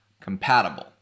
compatible